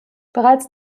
bereits